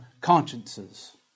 consciences